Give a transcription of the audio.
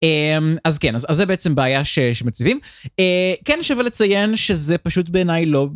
אז כן אז זה בעצם בעיה שמציבים כן שווה לציין שזה פשוט בעיניי לא